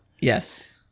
yes